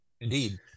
Indeed